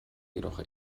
jedoch